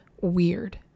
weird